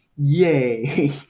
yay